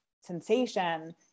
sensation